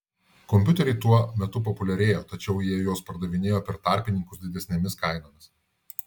kompiuteriai tuo metu populiarėjo tačiau jie juos pardavinėjo per tarpininkus didesnėmis kainomis